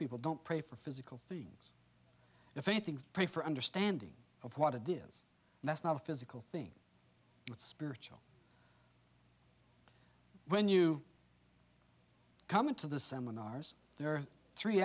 people don't pray for physical things if anything pray for understanding of what it is that's not a physical thing it's spiritual when you come into the seminars there are three